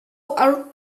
our